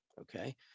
okay